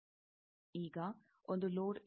ಈಗ ಒಂದು ಲೋಡ್ ಇದೆ